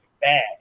bad